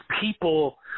people